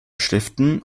schriften